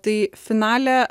tai finale